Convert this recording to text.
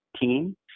team